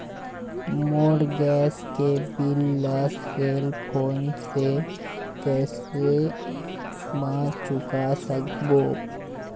मोर gas के bill ला cell phone से कैसे म चुका सकबो?